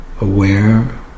aware